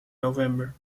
november